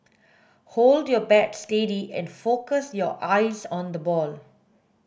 hold your bat steady and focus your eyes on the ball